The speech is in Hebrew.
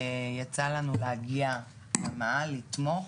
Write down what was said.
יצא לנו להגיע למאהל לתמוך,